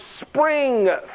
spring